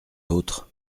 autres